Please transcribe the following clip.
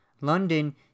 London